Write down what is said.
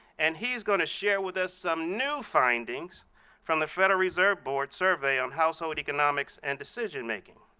and he's going to share with us some new findings from the federal reserve board survey on household economics and decision making.